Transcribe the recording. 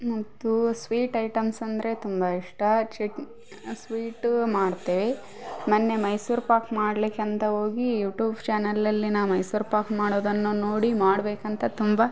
ಮತ್ತು sweet items ಅಂದರೆ ತುಂಬ ಇಷ್ಟ ಚಟ್ನಿ ಸ್ವೀಟೂ ಮಾಡ್ತೇವೆ ಮೊನ್ನೆ ಮೈಸೂರು ಪಾಕ್ ಮಾಡ್ಲಿಕ್ಕೆ ಅಂತ ಹೋಗಿ ಯೂಟೂಬ್ ಚಾನಲಲ್ಲಿ ನಾನು ಮೈಸೂರು ಪಾಕ್ ಮಾಡೋದನ್ನು ನೋಡಿ ಮಾಡಬೇಕಂತ ತುಂಬ